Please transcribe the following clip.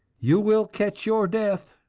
you will catch your death.